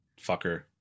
fucker